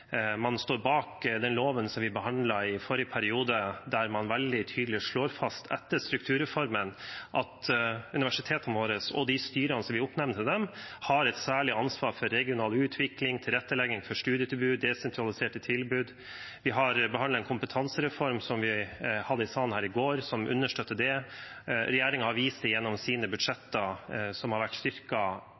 man står bak den loven vi behandlet i forrige periode, der en veldig tydelig slår fast at etter strukturreformen har universitetene våre og de styrene vi oppnevner til dem, et særlig ansvar for regional utvikling, tilrettelegging for studietilbud og desentraliserte tilbud – vi behandlet her i salen i går en kompetansereform som understøtter det. Regjeringen har vist det gjennom sine budsjetter som har vært